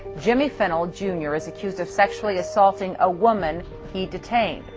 jimmy fennell, jr, is accused of sexually assaulting a woman he detained.